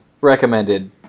Recommended